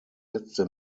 letzte